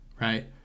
right